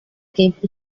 gave